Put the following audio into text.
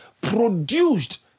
produced